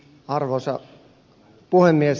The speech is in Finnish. arvoisa puhemies